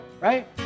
right